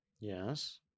Yes